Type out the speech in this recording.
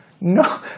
no